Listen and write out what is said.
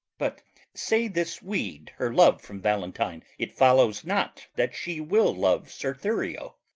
but say this weed her love from valentine, it follows not that she will love sir thurio.